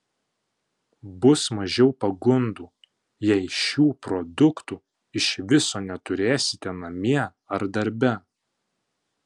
bus mažiau pagundų jei šių produktų iš viso neturėsite namie ar darbe